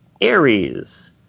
Aries